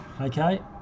Okay